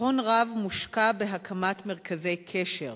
הון רב מושקע בהקמת מרכז קשר,